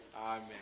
Amen